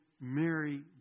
Mary